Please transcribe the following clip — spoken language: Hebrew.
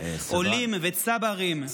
עולים וצברים,